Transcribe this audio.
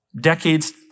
decades